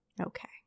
okay